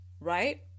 right